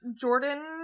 Jordan